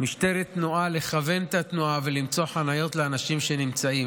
משטרת תנועה כדי לכוון את התנועה ולמצוא חניות לאנשים שנמצאים.